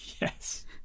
Yes